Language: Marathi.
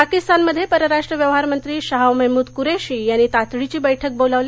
पाकिस्तानमध्ये परराष्ट्र व्यवहार मंत्री शाह मेहमूद कुरेशी यांनी तातडीची बैठक बोलावली